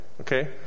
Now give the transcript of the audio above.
Okay